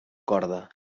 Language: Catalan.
corda